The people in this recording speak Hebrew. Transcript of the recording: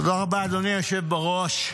תודה רבה, אדוני היושב בראש.